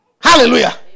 hallelujah